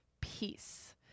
peace